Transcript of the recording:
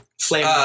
Flame